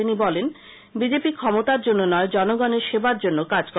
তিনি বলেন বিজেপি ক্ষমতার জন্য নয় জনগনের সেবার জন্য কাজ করে